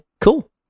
cool